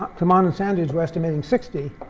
ah tammann and sandage were estimating sixty